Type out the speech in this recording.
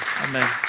Amen